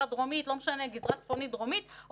דרומית,